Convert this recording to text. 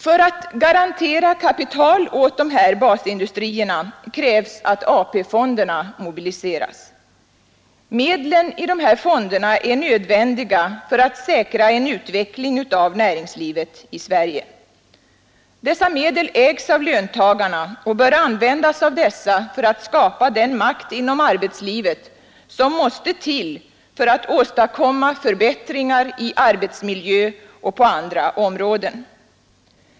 För att garantera kapital åt dessa basindustrier krävs att AP-fonderna mobiliseras. Medlen i de fonderna är nödvändiga för att säkra en utveckling av näringslivet i Sverige. Dessa medel ägs av löntagarna och bör användas av dem för att skapa den makt inom arbetslivet som måste till för att åstadkomma förbättringar i arbetsmiljö och på andra områden.